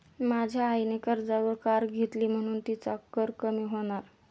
माझ्या आईने कर्जावर कार घेतली म्हणुन तिचा कर कमी होणार